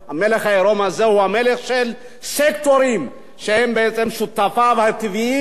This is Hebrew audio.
המלך העירום הזה הוא המלך של סקטורים שהם בעצם שותפיו הטבעיים,